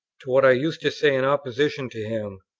to what i used to say in opposition to him,